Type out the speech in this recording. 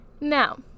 Now